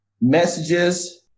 messages